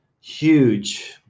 huge